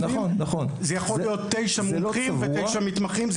זה יכול להיות תשעה מומחים ותשעה מתמחים.